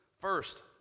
first